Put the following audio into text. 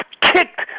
kicked